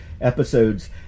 episodes